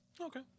Okay